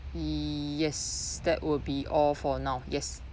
yes that will be all for now yes